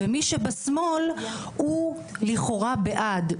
ומי שבשמאל הוא לכאורה בעד.